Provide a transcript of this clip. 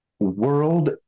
World